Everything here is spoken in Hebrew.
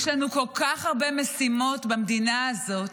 יש לנו כל כך הרבה משימות במדינה הזאת.